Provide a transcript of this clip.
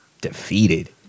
defeated